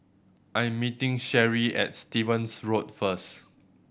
I am meeting Sherree at Stevens Road first